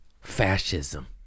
Fascism